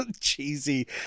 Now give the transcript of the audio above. cheesy